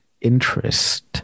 interest